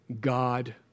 God